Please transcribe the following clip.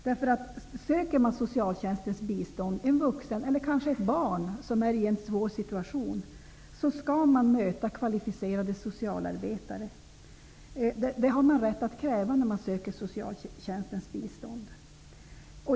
Den som söker socialtjänstens bistånd, en vuxen eller kanske ett barn som är i en svår situation, har rätt att kräva att få möta kvalificerade socialarbetare.